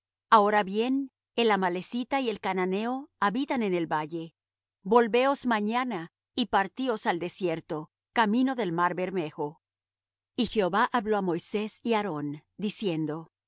ahora bien el amalecita y el cananeo habitan en el valle volveos mañana y partíos al desierto camino del mar bermejo y jehová habló á moisés y á aarón diciendo